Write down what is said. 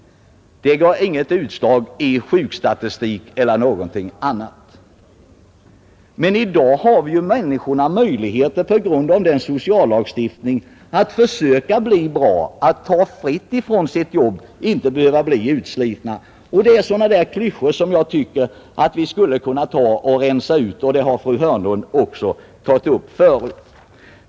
Det gav inget utslag i sjukstatistik eller på något annat sätt. Men tack vare sociallagstiftningen har människorna i dag möjlighet att försöka bli bra, att ta fritt från sitt jobb och inte behöva bli utslitna. Sådana där klyschor tycker jag att vi skulle kunna rensa ut. Det har även fru Hörnlund tidigare tagit upp.